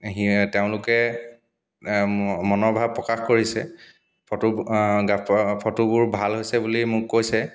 সি তেওঁলোকে মনৰ ভাৱ প্ৰকাশ কৰিছে ফটো ফটোবোৰ ভাল হৈছে বুলি মোক কৈছে